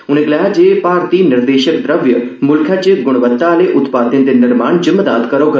उनें गलाया जे भारती निर्देशक द्रव्य मुल्खै च गुणवत्ता आहले उत्पादें दे निर्माण च मदाद करोग